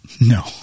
No